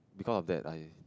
because of that I